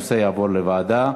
הנושא יעבור לוועדה,